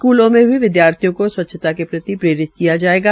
स्कूलों में भी विदयार्थियों को स्वच्छता के प्रति प्रेरित किया जायेगा